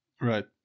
right